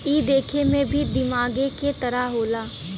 ई देखे मे भी दिमागे के तरह होला